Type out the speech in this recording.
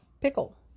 pickle